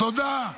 תודה.